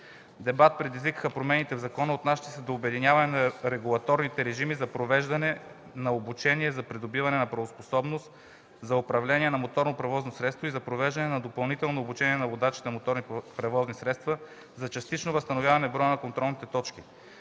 Дебат предизвикаха и промените в закона, отнасящи се до обединяване на регулаторните режими за провеждане на обучение за придобиване на правоспособност за управление на моторно превозно средство и за провеждане на допълнително обучение на водачите на моторни превозни средства за частично възстановяване броя на контролните точки.